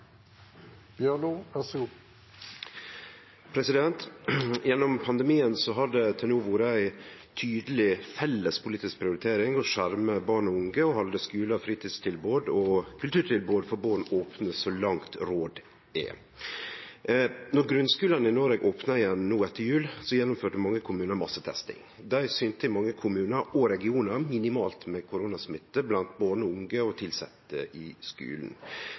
Gjennom pandemien har det til no vore ei tydeleg felles politisk prioritering å skjerme barn og unge og halde skular, fritidstilbod og kulturtilbod for born opne så langt råd er. Då grunnskulane i Noreg opna igjen no etter jul, gjennomførte mange kommunar massetesting. Det synte i mange kommunar og regionar minimalt med koronasmitte blant born, unge og tilsette i skulen.